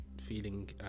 feeling